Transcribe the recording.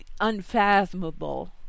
unfathomable